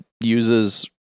uses